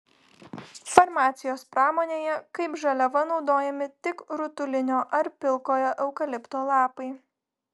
farmacijos pramonėje kaip žaliava naudojami tik rutulinio ar pilkojo eukalipto lapai